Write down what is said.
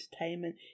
entertainment